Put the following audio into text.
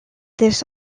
this